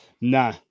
Nah